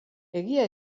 egia